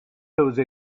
those